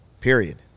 Period